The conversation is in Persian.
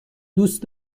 دوست